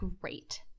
great